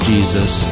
Jesus